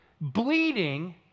bleeding